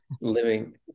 living